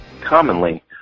commonly